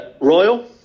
Royal